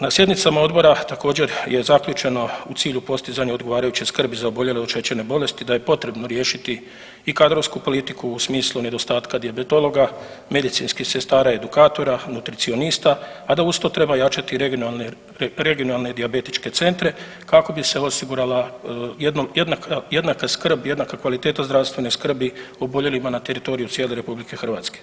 Na sjednicama odbora također je zaključeno u cilju postizanja odgovarajuće skrbi za oboljele od šećerne bolesti da je potrebno riješiti i kadrovsku politiku u smislu nedostatka dijabetologa, medicinskih sestara, edukatora, nutricionista, a da uz to treba jačati regionalne dijabetičke centre kako bi se osigurala jednaka, jednaka skrb, jednaka kvaliteta zdravstvene skrbi oboljelima na teritoriju cijele RH.